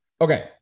Okay